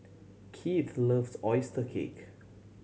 Kieth loves oyster cake